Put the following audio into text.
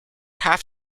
half